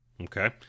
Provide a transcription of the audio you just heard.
Okay